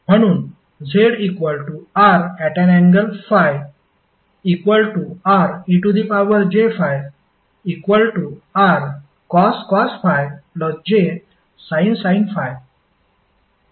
म्हणून zr∠∅rej∅rcos ∅ jsin ∅